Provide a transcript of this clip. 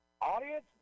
Audience